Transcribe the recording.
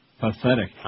Pathetic